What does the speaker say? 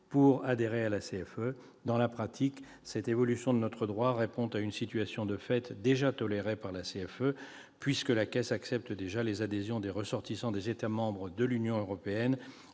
pour adhérer à la CFE. Dans la pratique, cette évolution de notre droit répond à une situation de fait, déjà tolérée par la CFE, puisque la Caisse accepte les adhésions des ressortissants des États membres de l'Union européenne